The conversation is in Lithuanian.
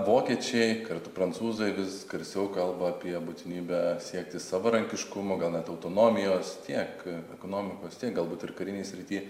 vokiečiai kartu prancūzai vis garsiau kalba apie būtinybę siekti savarankiškumo gal net autonomijos tiek ekonomikos tiek galbūt ir karinėj srity